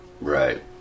right